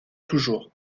toujours